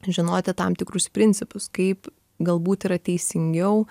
žinoti tam tikrus principus kaip galbūt yra teisingiau